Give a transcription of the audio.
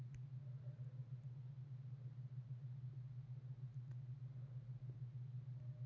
foundation ಅಂತದಲ್ಲಾ, ಅದು ಒಂದ ಲಾಭೋದ್ದೇಶವಿಲ್ಲದ್ ನಿಗಮಾಅಗಿರ್ತದ